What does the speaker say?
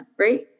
Right